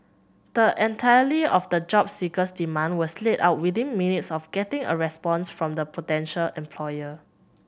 the entirety of the job seeker's demand was laid out within minutes of getting a response from the potential employer